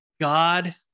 God